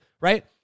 right